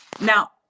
Now